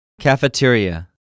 Cafeteria